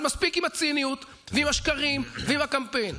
אז מספיק עם הציניות, עם השקרים ועם הקמפיין.